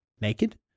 naked